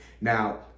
Now